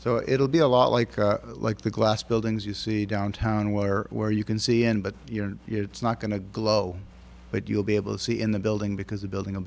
so it'll be a lot like like the glass buildings you see downtown where where you can see em but you know it's not going to glow but you'll be able to see in the building because a building a